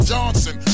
Johnson